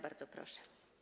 Bardzo proszę.